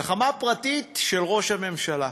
גחמה פרטית של ראש הממשלה